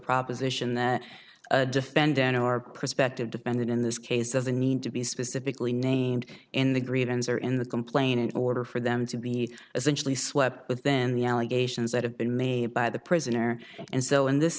proposition there defendant or prospective defendant in this case doesn't need to be specifically named in the greens or in the complaint in order for them to be essentially swept within the allegations that have been made by the prisoner and so in this